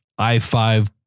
i5